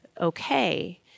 okay